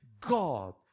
God